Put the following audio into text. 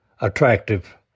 attractive